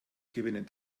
gewinnen